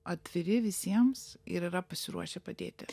atviri visiems ir yra pasiruošę padėti